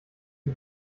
die